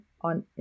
on